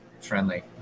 friendly